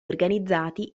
organizzati